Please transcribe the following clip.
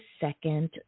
second